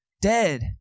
dead